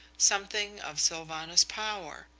something of sylvanus power.